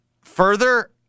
Further